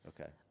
Okay